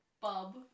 Bub